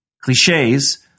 Cliches